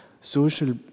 social